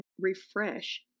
refresh